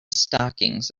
stockings